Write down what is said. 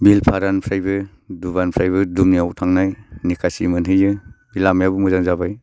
बिलपारानिफ्रायबो दुबानिफ्रायबो दुङायाव थांनाय निखासि मोनहैयो लामायाबो मोजां जाबाय